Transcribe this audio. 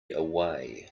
away